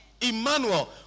Emmanuel